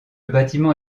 bâtiment